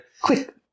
quick